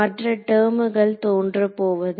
மற்ற டெர்ம்கள் தோன்றப் போவதில்லை